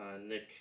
Nick